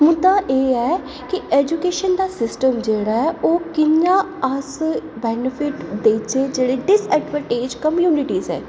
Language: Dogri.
मुद्दा एह् ऐ की ऐजूकेशन दा सिस्टम जेह्ड़ा ऐ ओह् कि'यां अस बेनीफिट देचै जेह्ड़े डिसएडवेंटेज कम्युनिटी ऐ